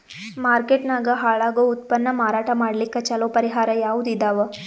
Market ನಾಗ ಹಾಳಾಗೋ ಉತ್ಪನ್ನ ಮಾರಾಟ ಮಾಡಲಿಕ್ಕ ಚಲೋ ಪರಿಹಾರ ಯಾವುದ್ ಇದಾವ?